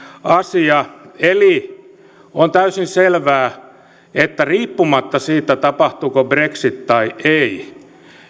asia eli on täysin selvää että riippumatta siitä tapahtuuko brexit tai ei